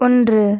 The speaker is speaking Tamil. ஒன்று